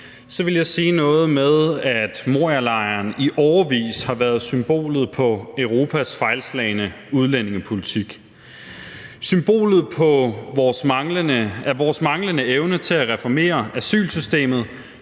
ville jeg sige noget med, at Morialejren i årevis har været symbolet på Europas fejlslagne udlændingepolitik. Den er symbolet på vores manglende evne til at reformere asylsystemet